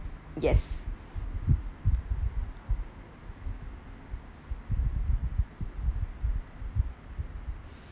yes